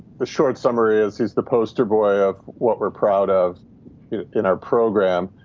the short summary is he's the poster boy of what we're proud of in our program.